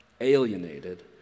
alienated